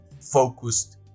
focused